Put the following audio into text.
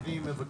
אני מבקש,